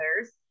others